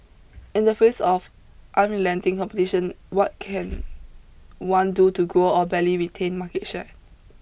in the face of unrelenting competition what can one do to grow or barely retain market share